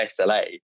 SLA